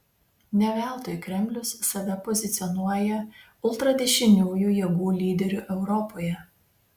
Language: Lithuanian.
ne veltui kremlius save pozicionuoja ultradešiniųjų jėgų lyderiu europoje